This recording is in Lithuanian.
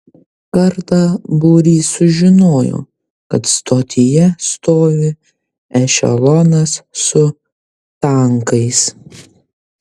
kartą būrys sužinojo kad stotyje stovi ešelonas su tankais